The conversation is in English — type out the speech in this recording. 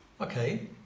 Okay